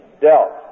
dealt